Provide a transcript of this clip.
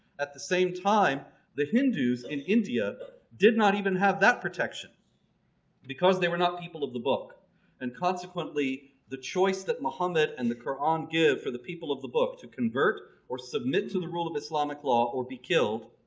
at the same time the hindus in india did not even have that protection because they were not people of the book and consequently the choice that muhammad and the qur'an give for the people of the book to convert or submit to the rule of islamic law or be killed,